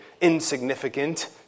insignificant